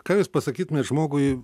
ką jūs pasakytumėt žmogui